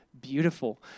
beautiful